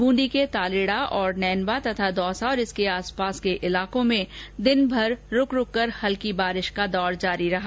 बूंदी के तालेड़ा और नैनवा तथा दौसा और इसके आस पास के इलाकों में दिनभर रुक रुक कर हल्की वर्षा का दौर जारी रहा